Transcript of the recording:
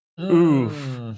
Oof